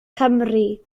cymru